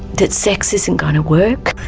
that sex isn't going to work,